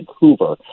Vancouver